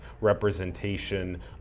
representation